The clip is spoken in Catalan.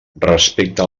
respecte